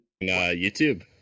YouTube